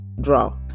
Draw